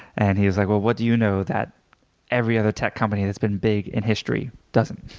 and he was like well what do you know that every other tech company that's been big in history doesn't?